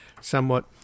somewhat